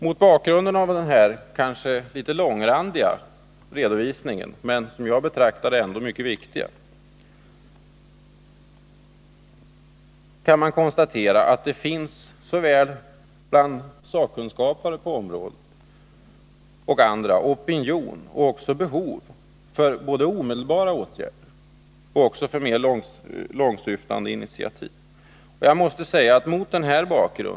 Mot bakgrunden av denna, kanske litet långrandiga men som jag ser det ändå mycket viktiga redovisning kan man konstatera att det bland både sakkunniga på området och andra finns såväl opinion för som behov av inte bara omedelbara åtgärder utan också mera långsiktiga initiativ.